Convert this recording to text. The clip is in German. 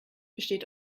besteht